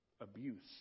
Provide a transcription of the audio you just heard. abuse